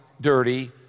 dirty